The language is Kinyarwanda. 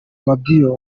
mabior